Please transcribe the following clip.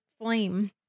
flame